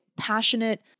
passionate